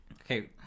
Okay